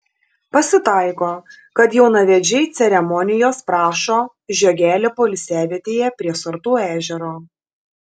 pasitaiko kad jaunavedžiai ceremonijos prašo žiogelio poilsiavietėje prie sartų ežero